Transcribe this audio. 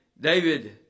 David